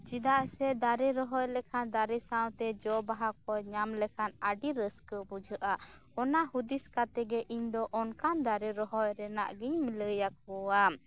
ᱪᱮᱫᱟᱜ ᱥᱮ ᱫᱟᱨᱮ ᱨᱚᱦᱚᱭᱞᱮᱠᱷᱟᱱ ᱫᱟᱨᱮ ᱥᱟᱶᱛᱮ ᱡᱚ ᱵᱟᱦᱟ ᱠᱚ ᱧᱟᱢᱞᱮᱠᱷᱟᱱ ᱟᱹᱰᱤ ᱨᱟᱹᱥᱠᱟᱹ ᱵᱩᱡᱷᱟᱹᱜ ᱟ ᱚᱱᱟ ᱦᱩᱫᱤᱥ ᱠᱟᱛᱮᱜᱮ ᱤᱧᱫᱚ ᱚᱱᱠᱟᱱ ᱫᱟᱨᱮ ᱨᱚᱦᱚᱭ ᱨᱮᱱᱟᱜ ᱜᱮᱧ ᱞᱟᱹᱭᱟᱠᱩᱣᱟ